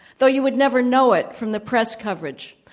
though you would never know it from the press coverage.